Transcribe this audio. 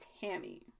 Tammy